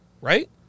right